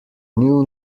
new